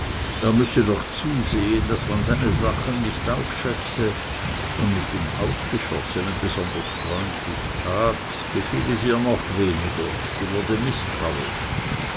er müsse doch zusehen daß man seine sachen nicht auch schätze und mit dem ausgeschossenen besonders freundlich tat gefiel es ihr noch weniger sie wurde mißtrauisch